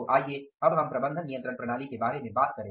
तो आईये अब हम प्रबंधन नियंत्रण प्रणाली के बारे में बात करें